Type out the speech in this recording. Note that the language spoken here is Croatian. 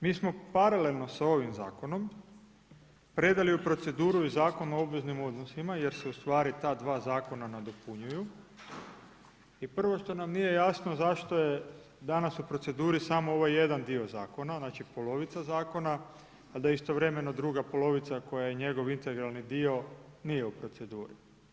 Mi smo paralelno s ovim zakonom predali u proceduru i Zakon o obveznim odnosima, jer se ustvari ta dva zakona nadopunjuju i prvo što nam nije jasno zašto je danas u proceduru samo ovaj jedan dio zakona, znači polovica zakona, a da istovremeno druga polovica, koja je njegov integralni dio nije u proceduri.